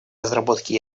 разработке